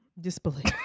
Disbelief